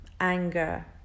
anger